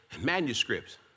Manuscripts